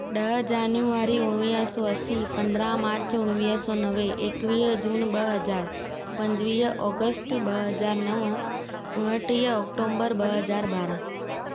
ॾह जनवरी उणिवीह सौ असी पंद्राहं मार्च उणिवीह सौ नवे एकवीह जून ॿ हज़ार पंजवीह ओगस्ट ॿ हज़ार नव उणटीअ अक्टूंबर ॿ हज़ार ॿारहं